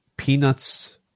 Peanuts